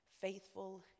faithful